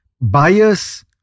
buyers